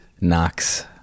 Knox